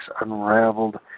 unraveled